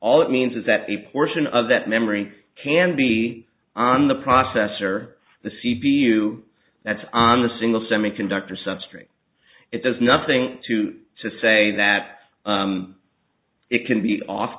all it means is that a portion of that memory can be on the processor the c p u that's on a single semiconductor substrate it does nothing to to say that it can be off